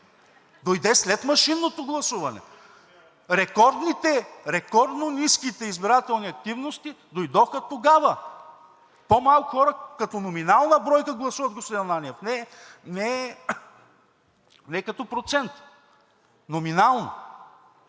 Дойде след машинното гласуване. Рекордно ниските избирателни активности дойдоха тогава. По малко хора като номинална бройка гласуват, господин Ананиев. Не като процент. Номинално.